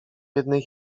jednej